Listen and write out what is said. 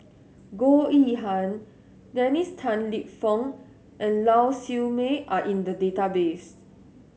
Goh Yihan Dennis Tan Lip Fong and Lau Siew Mei are in the database